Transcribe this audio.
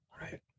Right